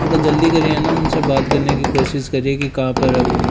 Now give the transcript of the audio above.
थोड़ा जल्दी करिए न उनसे बात करने की कोशिश करिए कि कहाँ पर है वह